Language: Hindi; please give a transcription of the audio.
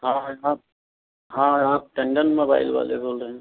हाँ भाई साहब हाँ आप टंडन मोबाईल वाले बोल रहे हैं